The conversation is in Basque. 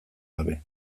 gabe